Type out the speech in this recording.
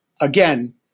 Again